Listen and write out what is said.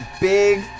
big